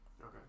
Okay